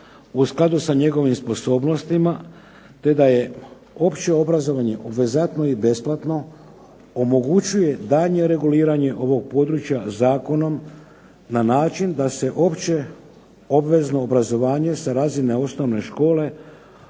u skladu sa njegovim sposobnostima, te je opće obrazovanje obvezatno i besplatno omoguće daljnje reguliranje ovog područja zakonom na način da se opće obvezno obrazovanje sa razine osnovne škole,